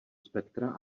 spektra